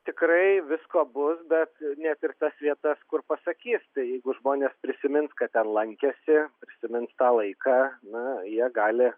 tikrai visko bus bet net ir tas vietas kur pasakys tai jeigu žmonės prisimins kad ten lankėsi prisimins tą laiką na jie gali